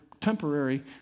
temporary